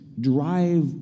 drive